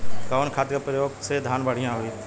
कवन खाद के पयोग से धान बढ़िया होई?